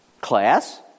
Class